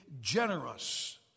generous